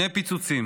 שני פיצוצים,